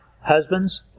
Husbands